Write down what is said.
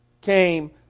came